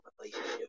relationship